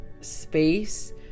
space